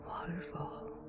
waterfall